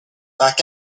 back